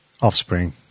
offspring